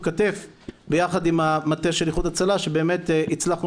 כתף ביחד עם המטה של איחוד הצלה שבאמת הצלחנו